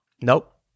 Nope